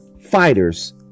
fighters